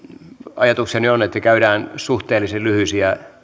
ajatukseni on että käydään suhteellisen lyhyitä